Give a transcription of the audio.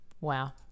Wow